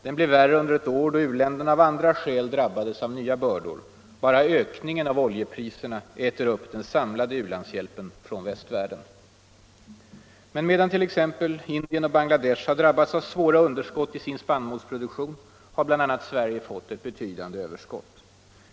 Den blev värre under ett år, då u-länderna av andra skäl drabbades av nya bördor: bara ökningen av oljepriserna äter upp den samlade u-landshjälpen från västvärlden. Men medan t.ex. Indien och Bangladesh har drabbats av svåra underskott i sin spannmålsproduktion har bl.a. Sverige fått ett betydande överskott.